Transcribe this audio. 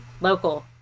local